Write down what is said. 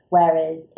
Whereas